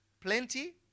plenty